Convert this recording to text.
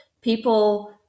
People